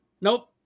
Nope